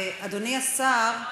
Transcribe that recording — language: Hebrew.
אדוני השר,